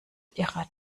ihrer